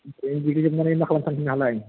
ओमफ्राय डिग्री जोबनानै मा खालामनो सानखो नोंहालाय